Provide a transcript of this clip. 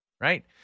right